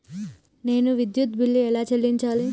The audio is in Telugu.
నేను విద్యుత్ బిల్లు ఎలా చెల్లించాలి?